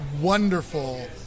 wonderful